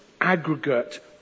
aggregate